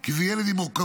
כי זה ילד עם מורכבויות,